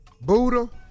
Buddha